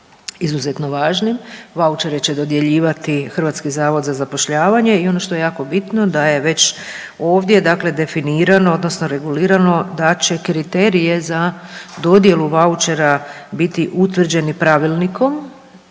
izuzetno važnim. Vaučere će dodjeljivati HZZ i ono što je jako bitno da je već ovdje, dakle definirano odnosno regulirano da će kriterije za dodjelu vaučera biti utvrđeni pravilnikom